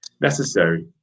necessary